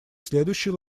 следующий